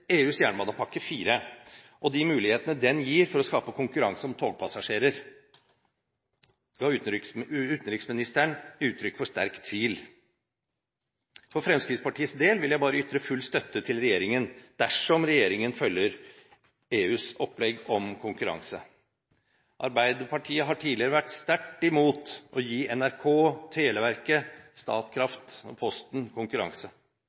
EUs jernbanepakke IV og de mulighetene den gir for å skape konkurranse om togpassasjerer, ga utenriksministeren uttrykk for sterk tvil. For Fremskrittspartiets del vil jeg bare ytre full støtte til regjeringen, dersom regjeringen følger EUs opplegg om konkurranse. Arbeiderpartiet var tidligere sterkt imot å gi NRK, Televerket, Statkraft og Posten konkurranse.